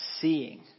Seeing